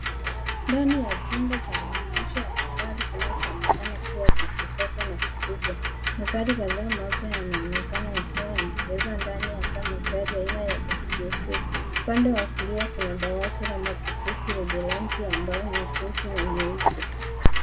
Ndani ya chumba cha maonyesho ya magari kinachoonekana kuwa cha kisasa na kikubwa. Magari kadhaa mapya yanaonekana yakiwa yamepakiwa ndani hasa magari aina ya s u v. Upande wa kulia kuna dawati la mapokezi lenye rangi ya ambayo ni nyeusi na nyeupe.